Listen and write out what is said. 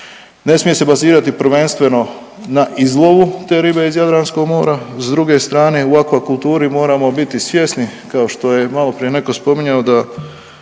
Ne smije se bazirati prvenstveno na izlovu te ribe iz Jadranskog mora. S druge strane u aquakulturi moramo biti svjesni kao što je malo prije netko spominjao da